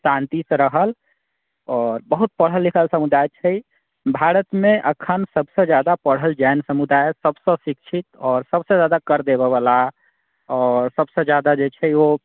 शान्तिसँ रहल आओर बहुत पढ़ल लिखल समुदाय छै भारतमे अखन सभसँ जादा पढ़ल जैन समुदाय अछि सभसँ शिक्षित आओर सभसँ जादा कर देबऽ वाला आ सभसँ जादा जे छै ओ